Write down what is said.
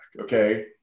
Okay